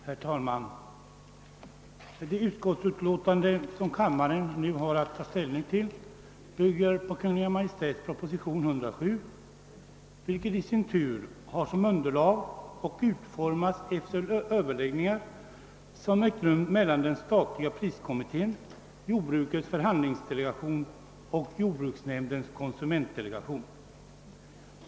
Herr talman! Det utskottsutlåtande som kammaren nu har att ta ställning till bygger på Kungl. Maj:ts proposition nr 107, vilken i sin tur har utformats efter överläggningar som ägt rum mellan den statliga priskommittén, jordbrukets — förhandlingsdelegation och jordbruksnämndens konsumentdelegation.